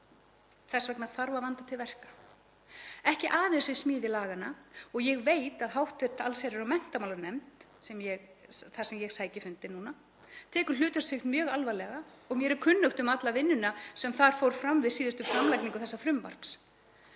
Þess vegna þarf að vanda til verka, ekki aðeins við smíði laganna — og ég veit að hv allsherjar- og menntamálanefnd, þar sem ég sæki fundi núna, tekur hlutverk sitt mjög alvarlega og mér er kunnugt um alla vinnuna sem þar fór fram við síðustu framlagningu þessa frumvarps